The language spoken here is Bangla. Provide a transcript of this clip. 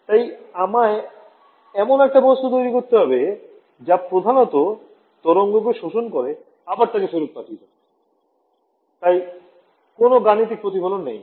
তাই আমায় এমন একটা বস্তু তৈরি করতে হবে যা প্রধানতঃ তরঙ্গ কে শোষণ করে আবার তাকে ফেরত পাঠিয়ে দেয় তাই কোন গাণিতিক প্রতিফলন নেই